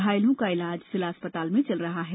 घायलों का इलाज जिला अस्पताल में चल रहा है